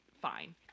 fine